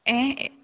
ए